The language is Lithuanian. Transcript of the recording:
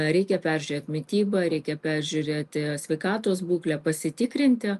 reikia peržiūrėt mitybą reikia peržiūrėti sveikatos būklę pasitikrinti